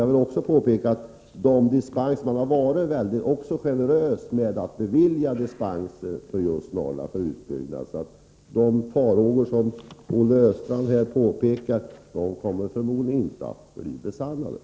Jag vill även påpeka att man varit mycket generös med att bevilja dispenser för Norrland i detta hänseende, så de farhågor som Olle Östrand hyser kommer förmodligen inte att besannas.